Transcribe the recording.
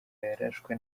yarashwe